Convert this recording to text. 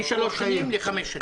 משלוש שנים לחמש שנים.